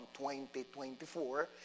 2024